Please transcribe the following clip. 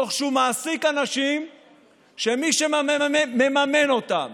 תוך שהוא מעסיק אנשים שמי שמממן אותם